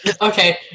Okay